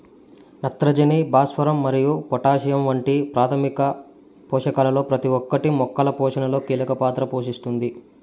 నత్రజని, భాస్వరం మరియు పొటాషియం వంటి ప్రాథమిక పోషకాలలో ప్రతి ఒక్కటి మొక్కల పోషణలో కీలక పాత్ర పోషిస్తుంది